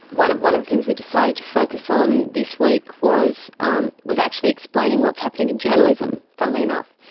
one one of the things we decided to focus on this week was um was actually explaining what's happening in journalism, funnily enough,